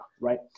right